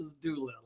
Doolittle